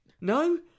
No